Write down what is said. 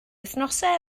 wythnosau